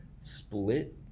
split